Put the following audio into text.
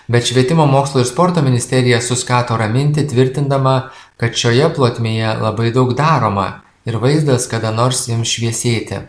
bet švietimo mokslo ir sporto ministerija suskato raminti tvirtindama kad šioje plotmėje labai daug daroma ir vaizdas kada nors ims šviesėti